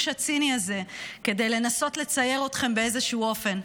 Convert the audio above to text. הציני הזה כדי לנסות לצייר אתכם באיזשהו אופן.